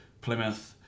Plymouth